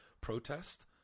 protest